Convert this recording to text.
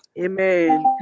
Amen